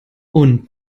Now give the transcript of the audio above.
und